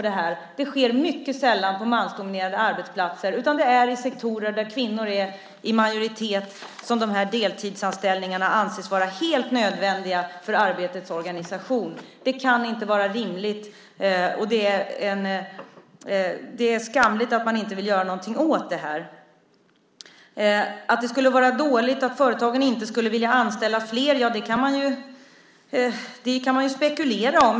Det sker mycket sällan på mansdominerade arbetsplatser, utan det är i sektorer där kvinnor är i majoritet som de här deltidsanställningarna anses vara helt nödvändiga för arbetets organisation. Det kan inte vara rimligt. Det är skamligt att man inte vill göra någonting åt det här. Att det skulle vara dåligt och att företagen inte skulle vilja anställa fler, ja, det kan man ju spekulera kring.